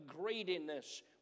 greediness